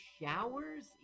showers